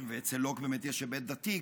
ואצל לוק באמת יש גם היבט דתי.